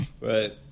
Right